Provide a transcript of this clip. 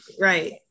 Right